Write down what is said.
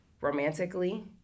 romantically